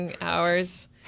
hours